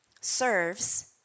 serves